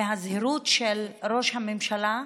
עם הזהירות של ראש הממשלה,